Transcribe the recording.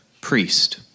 priest